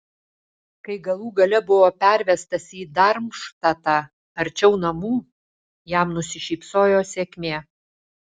kai galų gale buvo pervestas į darmštatą arčiau namų jam nusišypsojo sėkmė